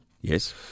Yes